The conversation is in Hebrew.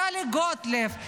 טלי גוטליב,